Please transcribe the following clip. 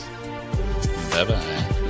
Bye-bye